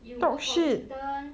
you go for internship